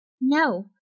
No